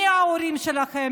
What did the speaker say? מי ההורים שלכם,